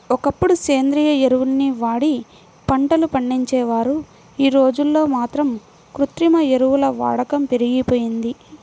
ఒకప్పుడు సేంద్రియ ఎరువుల్ని వాడి పంటలు పండించేవారు, యీ రోజుల్లో మాత్రం కృత్రిమ ఎరువుల వాడకం పెరిగిపోయింది